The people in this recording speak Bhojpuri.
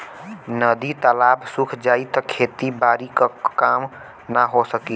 नदी तालाब सुख जाई त खेती बारी क काम ना हो सकी